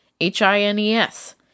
H-I-N-E-S